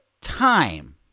time